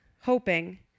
hoping